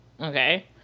Okay